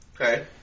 Okay